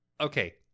okay